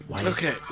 Okay